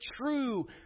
true